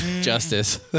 justice